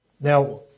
Now